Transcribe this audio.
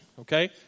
okay